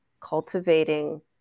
cultivating